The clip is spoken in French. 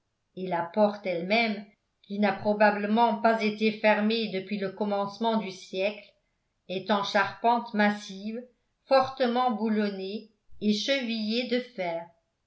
et la porte elle-même qui n'a probablement pas été fermée depuis le commencement du siècle est en charpente massive fortement boulonnée et chevillée de fer